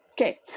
okay